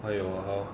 还有 uh how